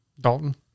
Dalton